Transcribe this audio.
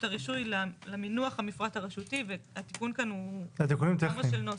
הרישוי למינוח "המפרט הרשותי" והתיקון כאן הוא תיקון של נוסח.